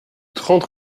trente